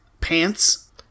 pants